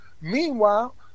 Meanwhile